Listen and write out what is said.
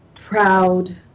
proud